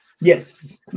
Yes